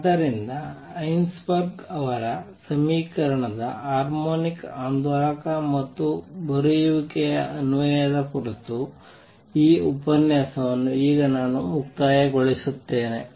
ಆದ್ದರಿಂದ ಹೈಸೆನ್ಬರ್ಗ್ ಅವರ ಸಮೀಕರಣದ ಹಾರ್ಮೋನಿಕ್ ಆಂದೋಲಕ ಮತ್ತು ಬರೆಯುವಿಕೆಯ ಅನ್ವಯದ ಕುರಿತು ಈ ಉಪನ್ಯಾಸವನ್ನು ಈಗ ನಾನು ಮುಕ್ತಾಯಗೊಳಿಸುತ್ತೇನೆ